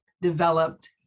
developed